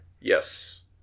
Yes